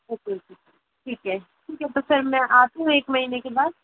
okay okay ठीक है ठीक है तो सर मैं आपको एक महीने के बाद